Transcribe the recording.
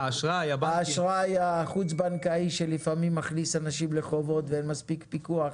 האשראי החוץ בנקאי שלפעמים מכניס אנשים לחובות ואין מספיק פיקוח,